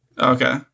Okay